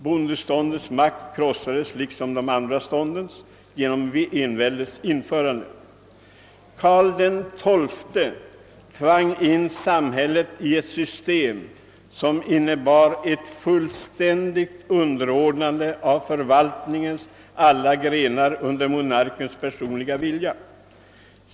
Bondeståndets och andra ständers makt krossades genom enväldets införande. Karl XII tvang in samhället i ett system som innebar ett fullständigt underordnande av förvaltningens alla grenar under monarkens personliga vilja.